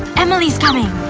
emily's coming!